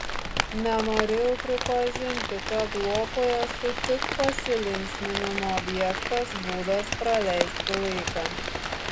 nenorėjau pripažinti kad lopui esu tik pasilinksminimo objektas būdas praleisti laiką